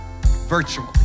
virtually